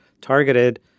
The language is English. targeted